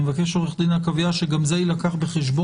אני מבקש, עורכת הדין עקביה, שגם זה יילקח בחשבון.